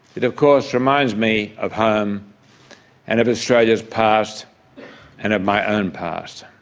it of course reminds me of home and of australia's past and of my own past.